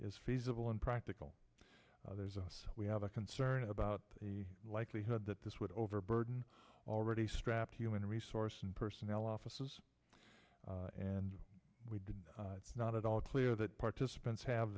is feasible and practical there's us we have a concern about the likelihood that this would overburden already strapped human resource and personnel offices and we did not at all clear that participants have